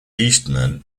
eastman